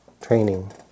training